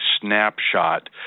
snapshot